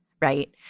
right